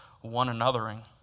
one-anothering